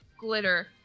glitter